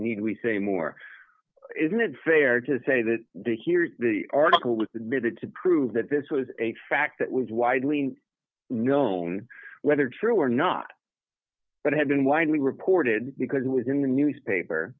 need we say more isn't it fair to say that the here the article was admitted to prove that this was a fact that was widely known whether true or not but had been widely reported because it was in the newspaper